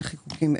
בתחום.